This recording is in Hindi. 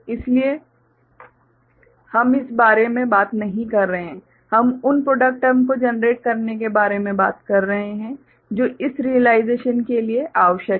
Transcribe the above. इसलिए हम इस बारे में बात नहीं कर रहे हैं हम उन प्रॉडक्ट टर्म को जनरेट करने के बारे में बात कर रहे हैं जो इस रियलाइजेशन के लिए आवश्यक हैं